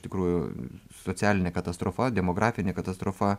tikrųjų socialinė katastrofa demografinė katastrofa